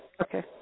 Okay